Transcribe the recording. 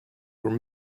were